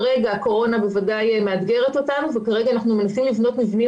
כרגע הקורונה בוודאי מאתגרת אותנו ואנחנו מנסים לבנות מבנים